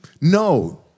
no